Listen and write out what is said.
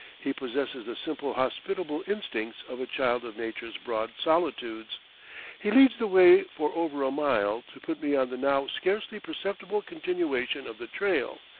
he possesses the simple hospitable instincts of a child of nature's broad solitudes he leads the way for over a mile to put me on the now scarcely perceptible continuation of the trail,